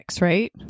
right